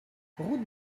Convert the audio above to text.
route